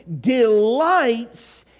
delights